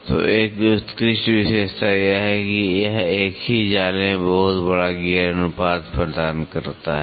तो एक उत्कृष्ट विशेषता यह है कि यह एक ही जाल में बहुत बड़ा गियर अनुपात प्रदान करता है